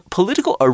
Political